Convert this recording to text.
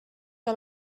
que